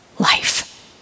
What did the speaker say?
life